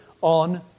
on